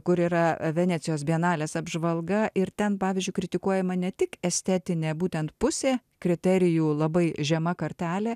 kur yra venecijos bienalės apžvalga ir ten pavyzdžiui kritikuojama ne tik estetinė būtent pusė kriterijų labai žema kartelė